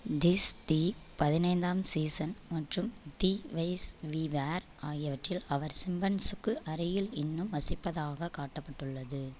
this the பதினைந்தாம் season மற்றும் the ways we were ஆகியவற்றில் அவர் சிம்பன்ஸிக்கு அருகில் இன்னும் வசிப்பதாக காட்டப்பட்டுள்ளது